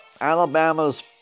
Alabama's